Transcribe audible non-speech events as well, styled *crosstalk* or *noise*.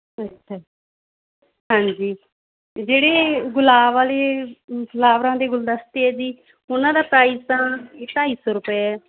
ਅੱਛਾ ਹਾਂਜੀ ਜਿਹੜੇ ਗੁਲਾਬ ਵਾਲੇ *unintelligible* ਫਲਾਵਰਾਂ ਦੀ ਗੁਲਦਸਤੇ ਹੈ ਜੀ ਉਹਨਾਂ ਦਾ ਪ੍ਰਾਈਜ ਤਾਂ ਢਾਈ ਸੌ ਰੁਪਏ ਹੈ